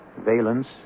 Valence